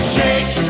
Shake